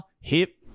hip